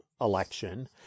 election